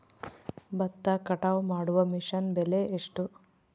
ಭತ್ತ ಕಟಾವು ಮಾಡುವ ಮಿಷನ್ ಬೆಲೆ ಎಷ್ಟು?